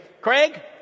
Craig